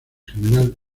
general